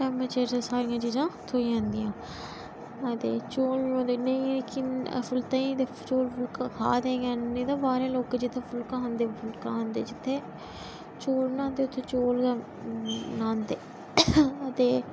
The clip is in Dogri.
टैमे च सारियांं चीज़ां थ्होई जंदियां न ते चौल नेईं किन्ने चौल फुलका खा दे गै नि तां बाह्रे लोक जित्थें फुलका खन्दे जित्थें चौल न उत्थें चौल गै लांदे ते